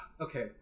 okay